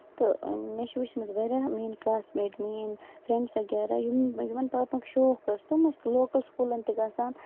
تہٕ مےٚ چھُ وٕچھمتٕۍ واریاہ میٲنۍ کٔلاس میٹ میٲنۍ فرینڈس وغیرہ یِم یِمن پَرنُک شوق اوس تٔمۍ ٲسۍ لوکل سکوٗلن تہِ گژھان